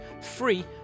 free